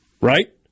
Right